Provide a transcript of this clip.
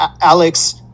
Alex